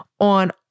on